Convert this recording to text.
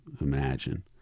imagine